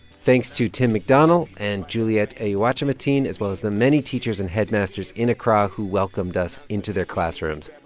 thanks to tim mcdonnell and juliet ediwachmateen as well as the many teachers and headmasters in accra who welcomed us into their classrooms.